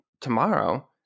tomorrow